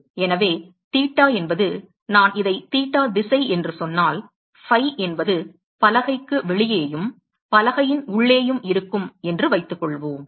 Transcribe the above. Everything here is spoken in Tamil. எனவே தீட்டா என்பது நான் இதை தீட்டா திசை என்று சொன்னால் ஃபை என்பது பலகைக்கு வெளியேயும் பலகையின் உள்ளேயும் இருக்கும் என்று வைத்துக்கொள்வோம்